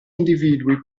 individui